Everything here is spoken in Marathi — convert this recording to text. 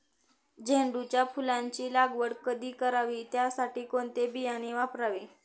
झेंडूच्या फुलांची लागवड कधी करावी? त्यासाठी कोणते बियाणे वापरावे?